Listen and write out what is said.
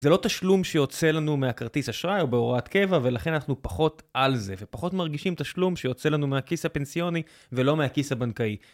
זה לא תשלום שיוצא לנו מהכרטיס אשראי או בהוראת קבע, ולכן אנחנו פחות על זה, פחות מרגישים תשלום שיוצא לנו מהכיס הפנסיוני ולא מהכיס הבנקאי.